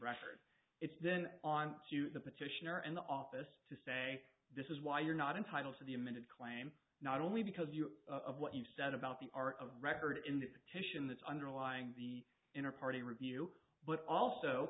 record it's then on to the petitioner and the office to say this is why you're not entitled to the amended claim not only because you of what you said about the art of record invitation that's underlying the inner party review but also